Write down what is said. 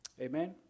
Amen